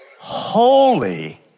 Holy